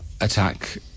attack